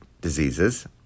diseases